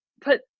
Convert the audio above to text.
put